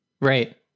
Right